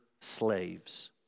slaves